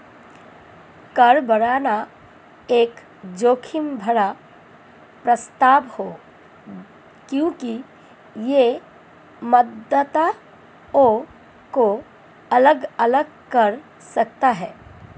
कर बढ़ाना एक जोखिम भरा प्रस्ताव है क्योंकि यह मतदाताओं को अलग अलग कर सकता है